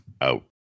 Out